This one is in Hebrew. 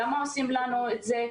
למה עושים לנו את זה?